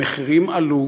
המחירים עלו,